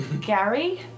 Gary